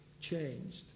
changed